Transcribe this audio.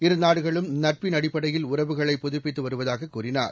இரு நாடுகளும் நட்பின் அடிப்படையில் உறவுகளை புதுப்பித்துவருவதாககூறினார்